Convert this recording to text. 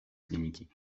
kliniki